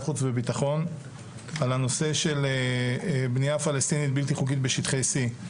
חוץ וביטחון על הנושא של בנייה פלסטינית בלתי חוקית בשטחי C,